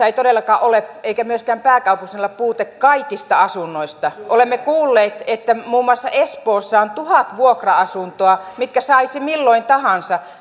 ei todellakaan ole eikä myöskään pääkaupunkiseudulla puutetta kaikista asunnoista olemme kuulleet että muun muassa espoossa on tuhat vuokra asuntoa mitkä saisi milloin tahansa